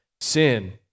sin